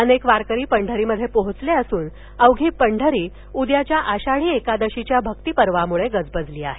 अनेक वारकरी पंढरीत पोहोचले असून अवघी पंढरी उद्याच्या आषाढी एकादशीच्या भक्तीपर्वामुळे गजबजली आहे